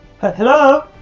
Hello